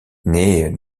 née